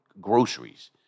groceries